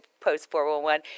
post-411